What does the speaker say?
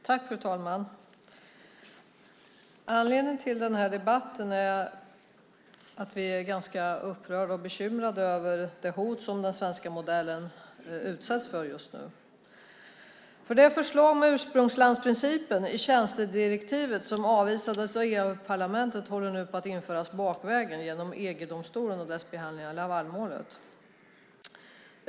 Fru talman! Anledningen till debatten är att vi är ganska upprörda och bekymrade över det hot som den svenska modellen utsätts för just nu. Förslaget om ursprungslandsprincipen i tjänstedirektivet som avvisades av EU-parlamentet håller nu på att införas bakvägen genom EG-domstolens behandling av Lavalmålet.